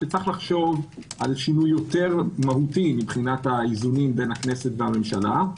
שיש לחשוב על שינוי יותר מהותי מבחינת האיזונים בין הכנסת לממשלה.